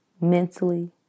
mentally